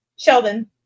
Sheldon